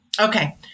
Okay